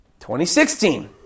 2016